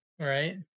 right